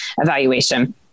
evaluation